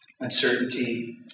uncertainty